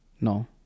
No